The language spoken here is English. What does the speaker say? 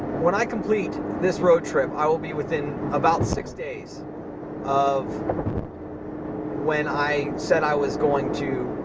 when i complete this road trip, i will be within about six days of when i said i was going to